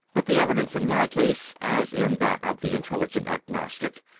but the evidence in my case, as in that of the intelligent agnostic,